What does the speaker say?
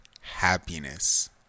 happiness